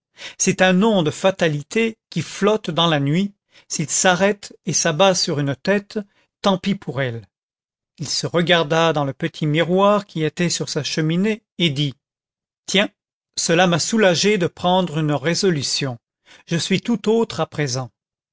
c'est un nom de fatalité qui flotte dans la nuit s'il s'arrête et s'abat sur une tête tant pis pour elle il se regarda dans le petit miroir qui était sur sa cheminée et dit tiens cela m'a soulagé de prendre une résolution je suis tout autre à présent